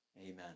Amen